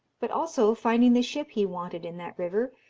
but also finding the ship he wanted in that river,